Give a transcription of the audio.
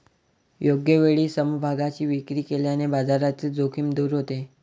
योग्य वेळी समभागांची विक्री केल्याने बाजारातील जोखीम दूर होते